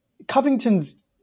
Covington's